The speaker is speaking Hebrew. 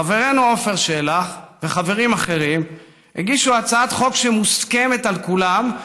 חברינו עופר שלח וחברים אחרים הגישו הצעת חוק שמוסכמת על כולם,